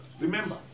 Remember